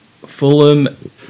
Fulham